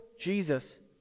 Jesus